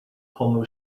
polo